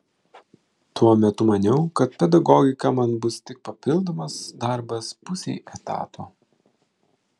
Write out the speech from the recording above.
tuo metu maniau kad pedagogika man bus tik papildomas darbas pusei etato